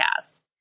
podcast